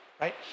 Right